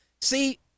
See